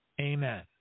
Amen